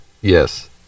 Yes